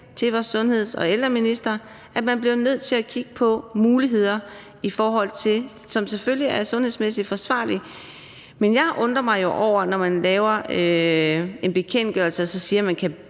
til vores sundheds- og ældreminister om at kigge på muligheder i forhold til det – som selvfølgelig er sundhedsmæssigt forsvarlige. Men jeg undrer mig over, når man laver en bekendtgørelse og siger,